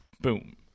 boom